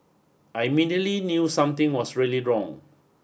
I immediately knew something was really wrong